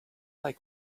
like